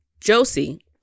Josie